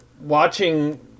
watching